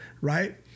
Right